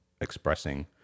expressing